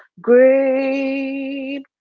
great